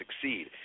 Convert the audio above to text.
succeed